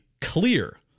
clear